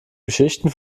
geschichten